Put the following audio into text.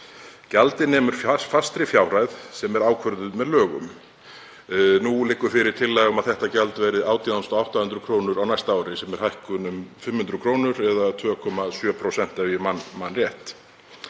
Gjaldið nemur fastri fjárhæð sem er ákvörðuð með lögum. Nú liggur fyrir tillaga um að þetta gjald verði 18.800 kr. á næsta ári, sem er hækkun um 500 kr. eða 2,7%, ef ég man rétt.